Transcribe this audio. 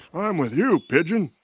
ah i'm with you, pigeon.